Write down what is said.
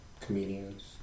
comedians